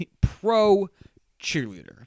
pro-cheerleader